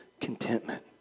contentment